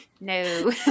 No